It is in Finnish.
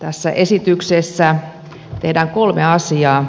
tässä esityksessä tehdään kolme asiaa